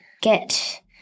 get